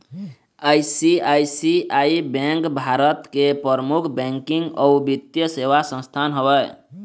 ICICI bank भारत के परमुख बैकिंग अउ बित्तीय सेवा संस्थान हवय